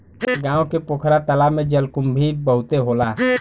गांव के पोखरा तालाब में जलकुंभी बहुते होला